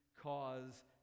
cause